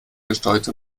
gesteuerte